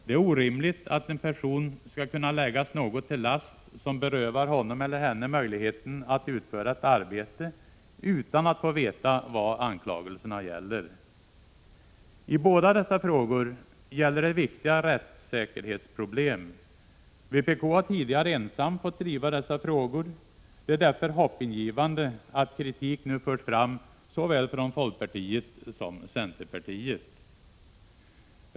Det är orimligt att en person skall kunna läggas något till last, som berövar honom eller henne möjligheten att utföra ett arbete, utan att få veta vad anklagelserna gäller. I båda dessa frågor gäller det viktiga rättssäkerhetsproblem. Vpk har tidigare ensamt fått driva dessa frågor. Det är därför hoppingivande att kritik nu förs fram från såväl folkpartiet som centerpartiet.